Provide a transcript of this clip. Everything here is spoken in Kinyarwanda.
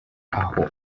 aho